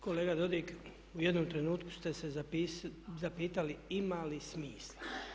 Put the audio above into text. Kolega Dodig u jednom trenutku ste se zapitali ima li smisla?